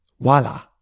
voila